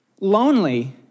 lonely